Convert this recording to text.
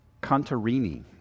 Contarini